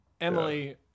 Emily